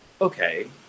okay